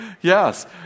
Yes